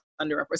underrepresented